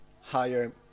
higher